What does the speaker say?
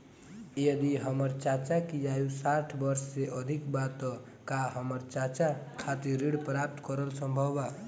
यदि हमर चाचा की आयु साठ वर्ष से अधिक बा त का हमर चाचा खातिर ऋण प्राप्त करल संभव बा